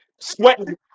Sweating